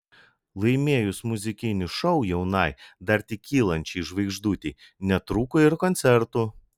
laimėjus muzikinį šou jaunai dar tik kylančiai žvaigždutei netrūko ir koncertų